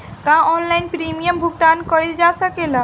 का online premium भुगतान कईल जा सकेला?